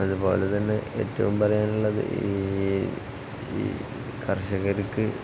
അതുപോലെ തന്നെ ഏറ്റവും പറയാനുള്ളത് ഈ ഈ കർഷകർക്ക്